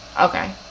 okay